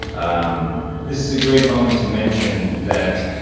um this is a great moment to mention that,